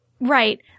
Right